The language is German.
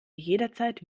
jederzeit